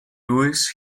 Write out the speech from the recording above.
louis